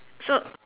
so